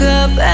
up